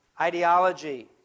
ideology